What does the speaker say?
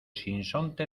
sinsonte